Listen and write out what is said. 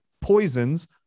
poisons